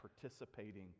participating